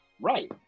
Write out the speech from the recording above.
right